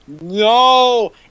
no